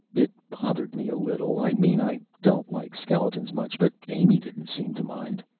it bothered me a little i mean i don't like skeletons much but amy didn't seem to mind.